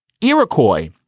Iroquois